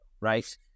right